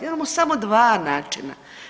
Imao samo 2 načina.